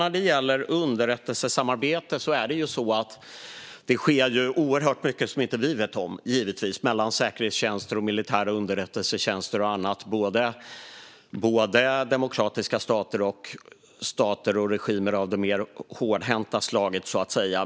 När det gäller underrättelsesamarbete sker det givetvis oerhört mycket som inte vi vet om mellan säkerhetstjänster och militära underrättelsetjänster och andra, både i demokratiska stater och i stater och regimer av det mer hårdhänta slaget.